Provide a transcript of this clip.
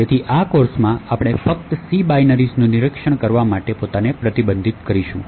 તેથી આ કોર્સમાં આપણે ફક્ત C બાઈનરીઝનું નિરીક્ષણ કરવા માટે પોતાને પ્રતિબંધિત કરીશું